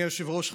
אדוני היושב-ראש,